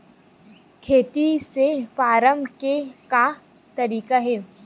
खेती से फारम के का तरीका हे?